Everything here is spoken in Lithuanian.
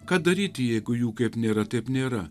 ką daryti jeigu jų kaip nėra taip nėra